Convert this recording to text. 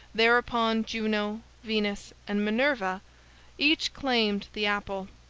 thereupon juno, venus, and minerva each claimed the apple.